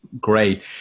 Great